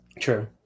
True